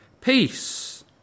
peace